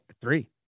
three